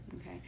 Okay